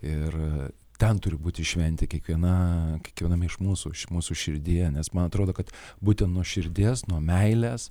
ir ten turi būti šventė kiekviena kiekviename iš mūsų mūsų širdyje nes man atrodo kad būtent nuo širdies nuo meilės